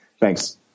Thanks